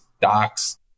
Docs